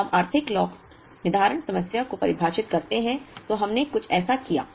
अब जब हम आर्थिक लॉट निर्धारण समस्या को परिभाषित करते हैं तो हमने कुछ ऐसा किया